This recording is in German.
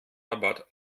rabatt